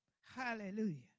Hallelujah